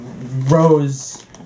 Rose